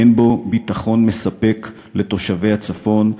אין בו ביטחון מספק לתושבי הצפון,